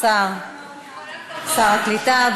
שר הקליטה,